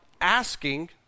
asking